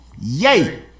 Yay